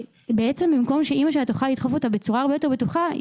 שבעצם במקום שאימא שלה תוכל לדחוף אותה בצורה הרבה יותר בטוחה,